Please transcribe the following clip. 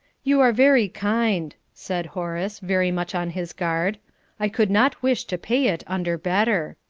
you are very kind, said horace, very much on his guard i could not wish to pay it under better.